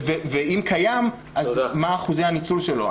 אם קיים, אז מה אחוזי הניצול שלו?